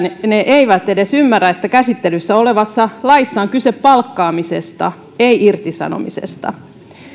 että ne eivät edes ymmärrä että käsittelyssä olevassa laissa on kyse palkkaamisesta ei irtisanomisesta